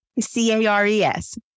C-A-R-E-S